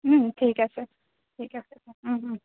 ঠিক আছে ঠিক আছে